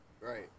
Right